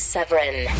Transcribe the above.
Severin